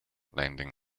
landing